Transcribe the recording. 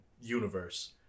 universe